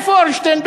איפה אורנשטיין?